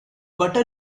butter